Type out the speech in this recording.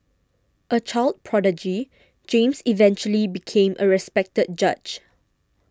a child prodigy James eventually became a respected judge